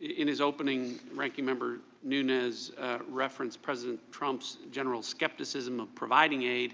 in his opening, ranking member nunez reference president trump's general skepticism of providing aid